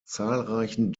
zahlreichen